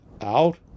out